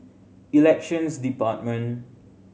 Elections Department